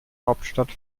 hauptstadt